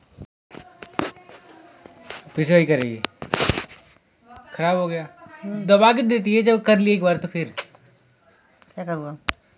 share बजार में सभ व्यक्तिय के निम्मन रिटर्न प्राप्त करे के संभावना कम होइ छइ